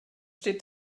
steht